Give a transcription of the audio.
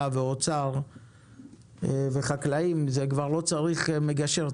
ואוצר וחקלאים - זה כבר לא צריך מגשר,